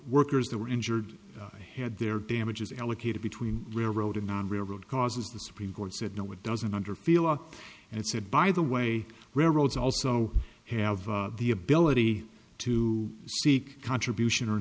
workers that were injured had their damages allocated between railroad and non railroad causes the supreme court said no it doesn't under feel it said by the way roads also have the ability to seek contribution or